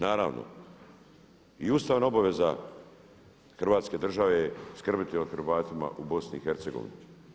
Naravno i ustavna obaveza Hrvatske države je skrbiti o Hrvatima u BiH.